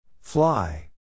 Fly